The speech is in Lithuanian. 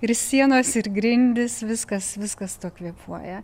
ir sienos ir grindys viskas viskas tuo kvėpuoja